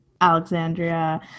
Alexandria